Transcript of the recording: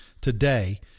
today